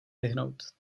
vyhnout